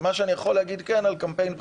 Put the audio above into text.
מה שאני כן יכול להגיד על קמפיין בחירות,